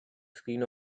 screen